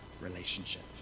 relationship